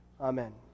Amen